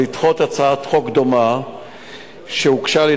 לדחות הצעת חוק דומה שהוגשה על-ידי